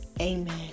Amen